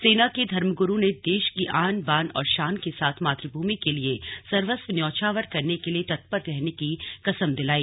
सेना के धर्मगुरु ने देश की आन बान और शान के साथ मातुभूमि के लिए सर्वस्व न्यौछावर करने के लिए तत्पर रहने की कसम दिलाई